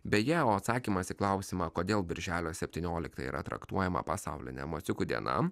beje o atsakymas į klausimą kodėl birželio septyniolikta yra traktuojama pasauline emociukų diena